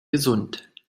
gesund